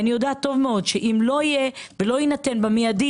אני יודעת טוב מאוד שאם לא יינתן סיוע באופן מידי